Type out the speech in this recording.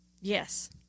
Yes